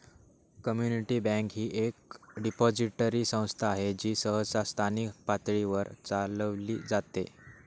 community bank ही एक depository संस्था आहे जी सहसा स्थानिक पातळीवर चालविली जाते